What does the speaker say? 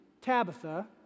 Tabitha